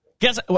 guess